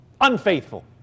unfaithful